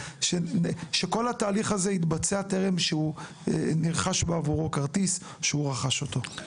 שכל התהליך הזה התבצע טרם שנרכש בעבורו כרטיס או שהוא רכש אותו.